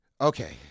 Okay